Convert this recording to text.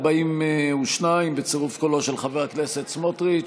בעד, 42 בצירוף קולו של חבר הכנסת סמוטריץ',